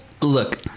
Look